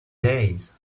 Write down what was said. days